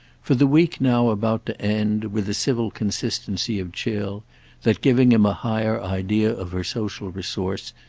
for the week now about to end, with a civil consistency of chill that, giving him a higher idea of her social resource,